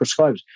prescribers